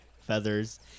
feathers